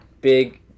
big